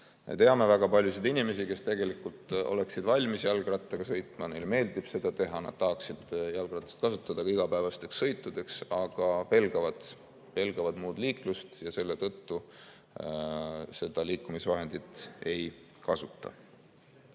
teame väga paljusid inimesi, kes tegelikult oleksid valmis jalgrattaga sõitma, neile meeldib seda teha, nad tahaksid jalgratast ka igapäevasteks sõitudeks kasutada, aga nad pelgavad. Pelgavad muud liiklust ja selle tõttu seda liikumisvahendit ei kasuta. Sellel